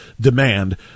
demand